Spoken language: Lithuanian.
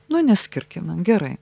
nu neskirkime gerai